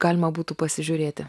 galima būtų pasižiūrėti